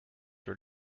were